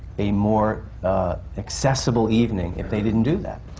a more accessible evening if they didn't do that.